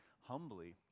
humbly